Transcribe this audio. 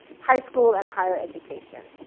high school and higher education.